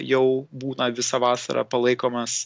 jau būna visą vasarą palaikomas